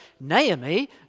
Naomi